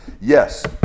Yes